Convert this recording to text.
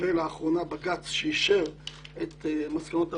ולאחרונה בג"ץ שאישר את מסקנות הוועדה,